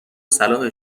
صلاح